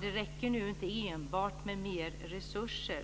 Det räcker nu inte enbart med mer resurser.